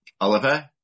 Oliver